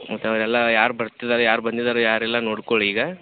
ಮತ್ತು ಅವಾಗೆಲ್ಲ ಯಾರು ಬರ್ತಿದ್ದಾರೆ ಯಾರು ಬಂದಿದ್ದಾರೆ ಯಾರಿಲ್ಲ ನೋಡ್ಕೊಳ್ಳಿ ಈಗ